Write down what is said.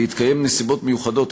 בהתקיים נסיבות מיוחדות,